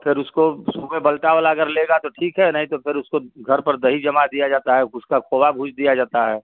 फिर उसको सुबह बल्टा वाला अगर लेगा तो ठीक है नहीं तो फिर उसको घर पर दही जमा दिया जाता है उसका खोवा भूज दिया जाता है